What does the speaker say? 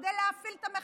וכדי להפעיל את המחשבים,